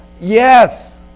Yes